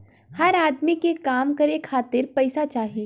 हर अदमी के काम करे खातिर पइसा चाही